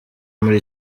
muri